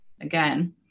again